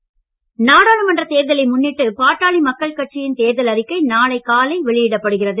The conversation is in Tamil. பா ம க நாடாளுமன்ற தேர்தலை முன்னிட்டு பாட்டாளி மக்கள் கட்சியின் தேர்தல் அறிக்கை நாளை காலை வெளியிடப்படுகிறது